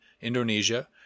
Indonesia